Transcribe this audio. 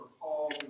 Paul